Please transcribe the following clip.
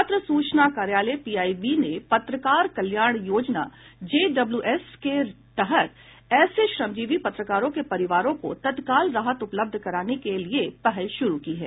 पत्र सूचना कार्यालय पीआईबी ने पत्रकार कल्याण योजना जे डब्ल्यू एस के तहत ऐसे श्रमजीवी पत्रकारों के परिवारों को तत्काल राहत उपलब्ध कराने के लिए पहल शुरु की है